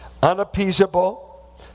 unappeasable